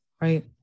right